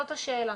זאת השאלה.